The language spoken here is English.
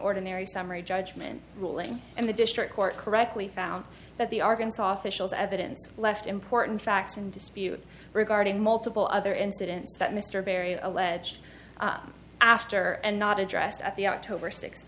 ordinary summary judgment ruling and the district court correctly found that the argand sawfish evidence left important facts in dispute regarding multiple other incidents that mr berry alleged after and not addressed at the october sixth